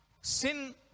sin